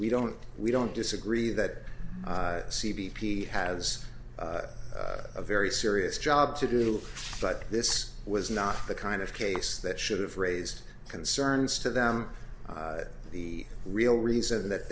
we don't we don't disagree that c b p has a very serious job to do but this was not the kind of case that should have raised concerns to them the real reason that